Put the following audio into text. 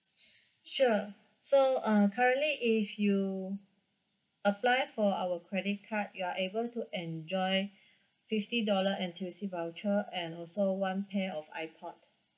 sure so uh currently if you apply for our credit card you are able to enjoy fifty dollar N_T_U_C voucher and also one pair of ipod